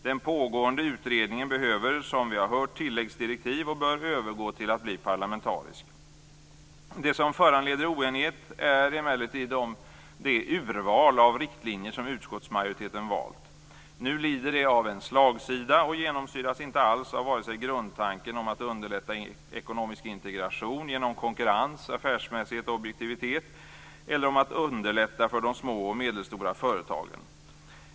Den pågående utredningen behöver tilläggsdirektiv och bör övergå till att bli parlamentarisk. Det som föranleder oenighet är det urval av riktlinjer som utskottsmajoriteten gjort. Nu lider det av en slagsida och genomsyras inte alls av vare sig grundtanken om att underlätta ekonomisk integration genom konkurrens, affärsmässighet och objektivitet eller om att underlätta för de små och medelstora företagen.